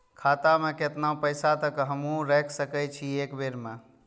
खाता में केतना पैसा तक हमू रख सकी छी एक बेर में?